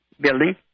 building